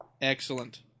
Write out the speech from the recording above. Excellent